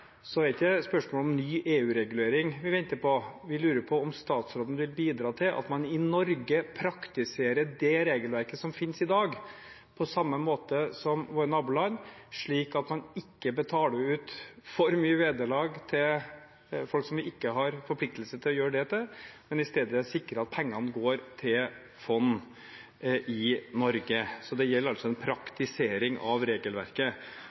er det ikke spørsmålet om ny EU-regulering vi venter på, vi lurer på om statsråden vil bidra til at man i Norge praktiserer det regelverket som finnes i dag, på samme måte som våre naboland, slik at man ikke betaler ut for mye vederlag til folk vi ikke har forpliktelse å gjøre det til, men i stedet sikrer at pengene går til fond i Norge. Så det gjelder altså en praktisering av regelverket.